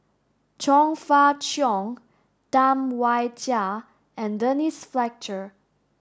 Chong Fah Cheong Tam Wai Jia and Denise Fletcher